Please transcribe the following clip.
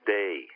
day